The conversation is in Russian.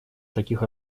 таких